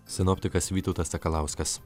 sinoptikas vytautas sakalauskas